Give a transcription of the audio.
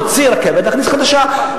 להוציא רכבת ולהכניס חדשה.